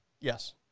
Yes